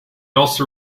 also